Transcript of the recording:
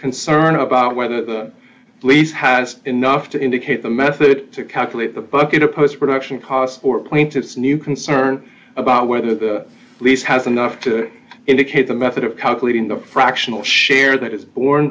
concern about whether the lease has enough to indicate the method to calculate the bucket or post production costs or point it's new concern about whether the lease has enough to indicate the method of calculating the fractional share that is born